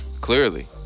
clearly